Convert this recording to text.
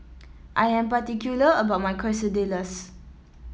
I am particular about my Quesadillas